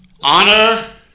honor